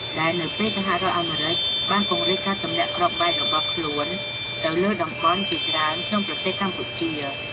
ដែលនៅពេលសហរដ្ឋអាមេរិកបានពង្រីកការទម្លាក់គ្រាប់បែករបស់ខ្លួនទៅលើតំបន់ជាច្រើនក្នុងប្រទេសកម្ពុជា។